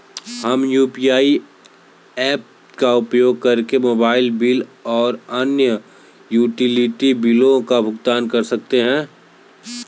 हम UPI apps का उपयोग करके मोबाइल बिल और अन्य यूटिलिटी बिलों का भुगतान कर सकते हैं